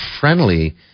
friendly